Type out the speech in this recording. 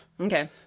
okay